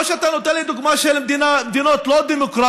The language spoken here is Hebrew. או שאתה נותן לי דוגמה של מדינות לא דמוקרטיות,